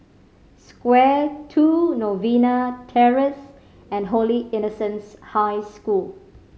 Square Two Novena Terrace and Holy Innocents' High School